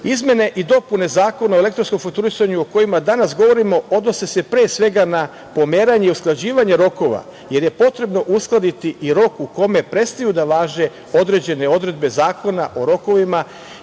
i dopune Zakona o elektronskom fakturisanju o kojima danas govorimo odnose se, pre svega na pomeranje i usklađivanje rokova, jer je potrebno uskladiti i rok u kome prestaju da važe određene odredbe Zakona o rokovima,